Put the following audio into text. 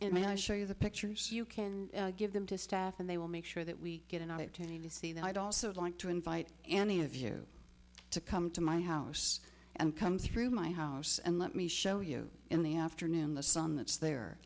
finally show you the pictures you can give them to staff and they will make sure that we get an opportunity to see that i'd also like to invite any of you to come to my house and come through my house and let me show you in the afternoon the sun that's there